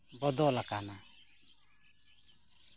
ᱵᱚᱫᱚᱞ ᱟᱠᱟᱱᱟ